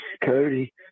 Cody